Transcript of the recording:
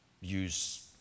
use